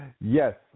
Yes